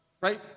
right